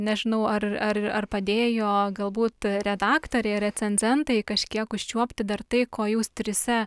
nežinau ar ar ar padėjo galbūt redaktoriai recenzentai kažkiek užčiuopti dar tai ko jūs trise